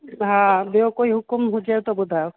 हा ॿियो कोई हुकुम हुजेव त ॿुधायो